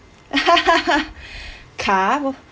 car